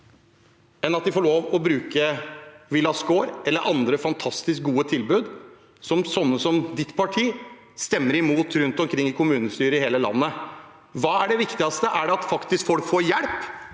enn at de får lov til å bruke Villa Skaar eller andre fantastisk gode tilbud som sånne som representantens parti stemmer imot rundt omkring i kommunestyrer i hele landet? Hva er det viktigste – er det at folk faktisk får hjelp,